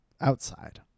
outside